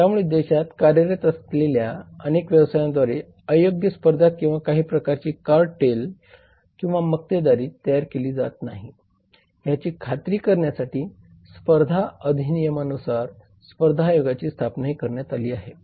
त्यामुळे देशात कार्यरत असलेल्या अनेक व्यवसायांद्वारे अयोग्य स्पर्धा किंवा काही प्रकारची कार्टेल किंवा मक्तेदारी 0738 तयार केली जात नाही याची खात्री करण्यासाठी स्पर्धा अधिनियमानुसार स्पर्धा आयोगाची स्थापनाही करण्यात आली आहे